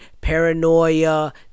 paranoia